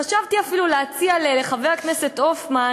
חשבתי אפילו להציע לחבר הכנסת הופמן,